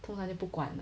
通常就不管了